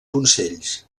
consells